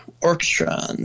orchestra